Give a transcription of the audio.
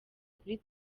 kuri